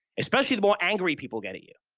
especially the more angry people get at you.